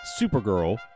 Supergirl